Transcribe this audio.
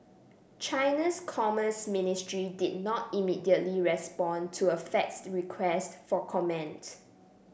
China's commerce ministry did not immediately respond to a faxed request for comment